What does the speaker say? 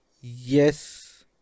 yes